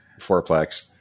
fourplex